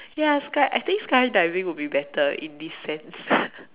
ya sky I think skydiving will be better in this sense